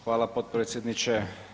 Hvala potpredsjedniče.